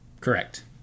correct